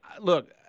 look